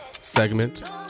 segment